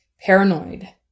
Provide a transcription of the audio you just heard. paranoid